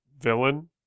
villain